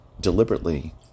deliberately